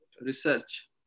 research